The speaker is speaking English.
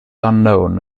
unknown